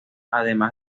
además